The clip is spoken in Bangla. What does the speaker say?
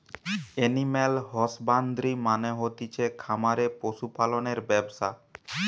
এনিম্যাল হসবান্দ্রি মানে হতিছে খামারে পশু পালনের ব্যবসা